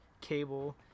cable